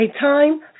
time